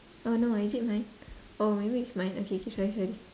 oh no is it mine oh maybe it's mine okay K sorry sorry